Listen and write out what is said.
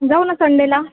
जाऊ ना संडेला